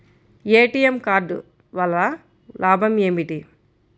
ATM card వల్ల లాభం ఏమిటి?